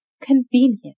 Convenient